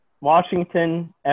Washington